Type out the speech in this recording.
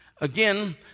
Again